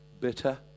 bitter